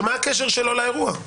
מה הקשר שלו לאירוע?